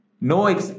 No